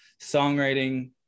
songwriting